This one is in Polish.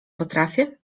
potrafię